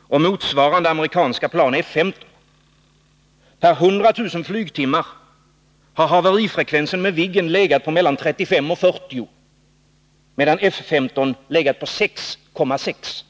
och motsvarande amerikanska plan F 15. Per 100 000 flygtimmar har haverifrekvensen med Viggen legat mellan 35 och 40, medan den för F 15 legat på 6,6.